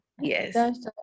yes